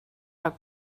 our